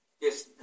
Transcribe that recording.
Yes